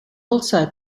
also